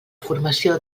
formació